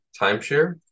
timeshare